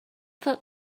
foot